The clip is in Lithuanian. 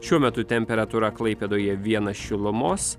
šiuo metu temperatūra klaipėdoje vienas šilumos